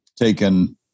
taken